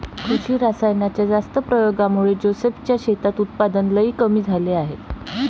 कृषी रासायनाच्या जास्त प्रयोगामुळे जोसेफ च्या शेतात उत्पादन लई कमी झाले आहे